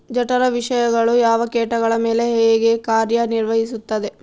ಜಠರ ವಿಷಯಗಳು ಯಾವ ಕೇಟಗಳ ಮೇಲೆ ಹೇಗೆ ಕಾರ್ಯ ನಿರ್ವಹಿಸುತ್ತದೆ?